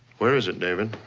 where is it, david?